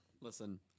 Listen